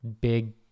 big